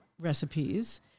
recipes